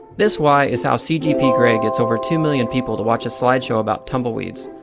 this y is how cgp grey gets over two million people to watch a slide show about tumbleweeds.